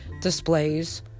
displays